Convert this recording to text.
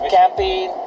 camping